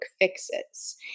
fixes